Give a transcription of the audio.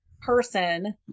person